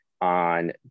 on